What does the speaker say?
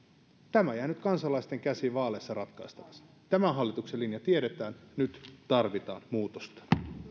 tämä jää nyt kansalaisten käsiin vaaleissa ratkaistavaksi tämän hallituksen linja tiedetään nyt tarvitaan muutosta